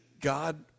God